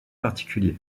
particulier